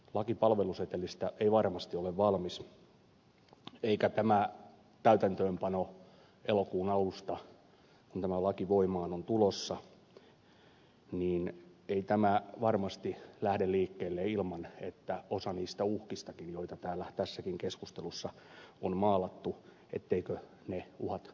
laki palvelusetelistä ei varmasti ole valmis eikä tämän täytäntöönpano elokuun alusta kun tämä laki voimaan on tulossa varmasti lähde liikkeelle ilman etteikö osa niistä uhkistakin joita täällä tässäkin keskustelussa on maalattu toteutuisi